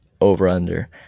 over-under